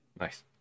Nice